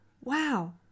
wow